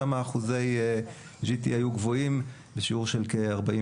שם אחוזי GT היו גבוהים בשיעור של כ-43%